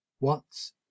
watts